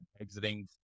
exiting